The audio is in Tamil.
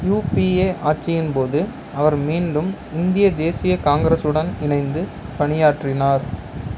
யூபிஏ ஆட்சியின் போது அவர் மீண்டும் இந்திய தேசிய காங்கிரசுடன் இணைந்து பணியாற்றினார்